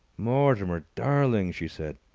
mortimer, darling! she said.